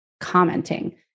commenting